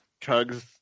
chugs